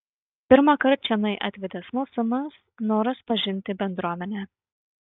pirmąkart čionai atvedė smalsumas noras pažinti bendruomenę